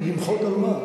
למחות על מה?